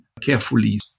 carefully